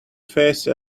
face